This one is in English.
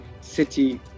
city